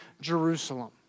Jerusalem